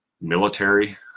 military